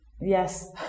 yes